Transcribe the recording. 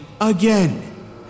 again